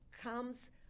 comes